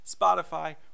Spotify